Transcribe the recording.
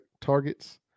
targets